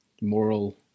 moral